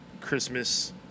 Christmas